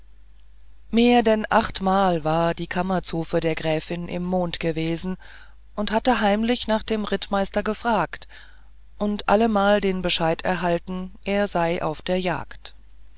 mehr denn achtmal war die kammerzofe der gräfin im mond gewesen und hatte heimlich nach dem rittmeister gefragt und allemal den bescheid erhalten er sei auf der jagd